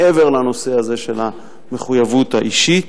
מעבר לנושא הזה של המחויבות האישית,